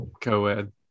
co-ed